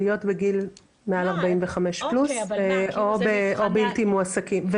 להיות בגיל 45 פלוס ובלתי מועסקים.